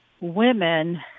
women